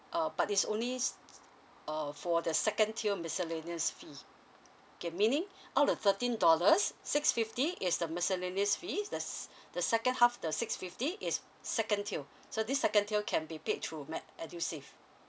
uh but it's only S~ uh for the second tier miscellaneous fee okay meaning all the thirteen dollars six fifty is the miscellaneous fees the the second half the six fifty is second tier so this second tier can be paid through me~ edusave